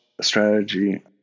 strategy